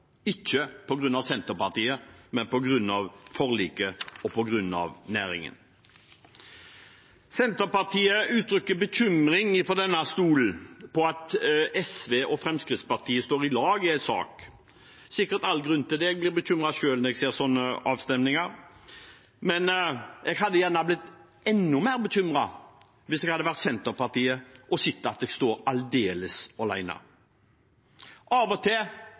ikke på grunn av Senterpartiet, men på grunn av forliket og på grunn av næringen. Senterpartiet uttrykker fra denne talerstolen bekymring over at SV og Fremskrittspartiet står i lag i en sak. Det er sikkert all grunn til det – jeg blir bekymret selv når jeg ser sånne avstemninger – men jeg hadde blitt enda mer bekymret hvis jeg hadde vært Senterpartiet og sett at jeg sto aldeles alene. Av og til